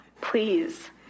Please